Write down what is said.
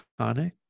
iconic